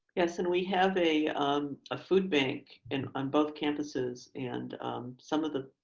yes. and we have a um ah food bank and on both campuses and some of the